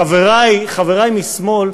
חברי משמאל,